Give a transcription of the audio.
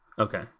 okay